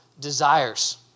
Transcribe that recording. desires